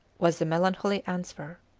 was the melancholy answer.